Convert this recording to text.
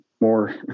more